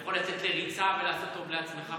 אתה יכול לצאת לריצה ולעשות טוב לעצמך,